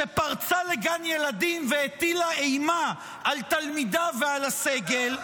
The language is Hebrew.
שפרצה לגן ילדים והטילה אימה על תלמידה ועל הסגל.